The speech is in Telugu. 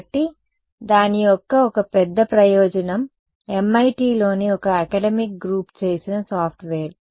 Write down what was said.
కాబట్టి దాని యొక్క ఒక పెద్ద ప్రయోజనం MITలోని ఒక అకడమిక్ గ్రూప్ చేసిన సాఫ్ట్వేర్